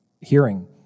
hearing